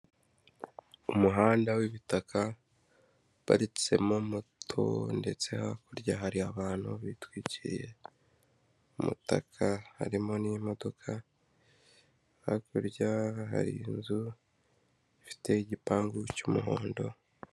Umuhanda wibita ukaparitsemo moto ndetse hakurya hari abantu bitwikiriye umutaka, harimo n'imodoka, hakurya hari inzu ifite igipangu cy'umuhondo.